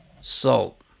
Salt